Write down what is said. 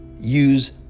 use